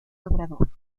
obrador